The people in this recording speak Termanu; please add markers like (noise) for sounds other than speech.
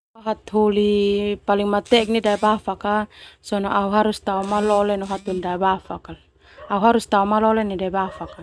Au harus tao malole nai (noise) daebafak.